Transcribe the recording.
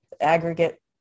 aggregate